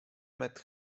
met